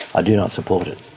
i do not support it.